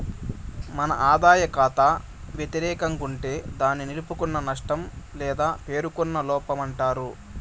మన ఆదాయ కాతా వెతిరేకం గుంటే దాన్ని నిలుపుకున్న నష్టం లేదా పేరుకున్న లోపమంటారు